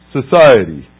society